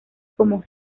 como